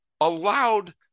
allowed